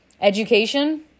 education